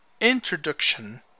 introduction